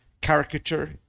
caricature